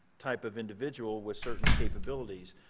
type of individual with certain capabilities.